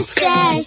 say